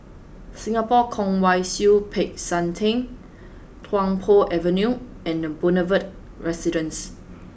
Singapore Kwong Wai Siew Peck San Theng Tung Po Avenue and The Boulevard Residence